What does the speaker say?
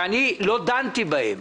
פורר, שאני לא דנתי בהם.